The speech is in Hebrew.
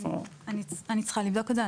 אני צריכה לבדוק את זה.